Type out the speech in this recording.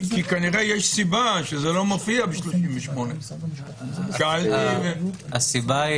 כנראה יש סיבה למה זה לא מופיע בסעיף 38. הסיבה היא